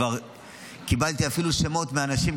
כבר קיבלתי אפילו שמות מאנשים,